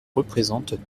représentent